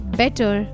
better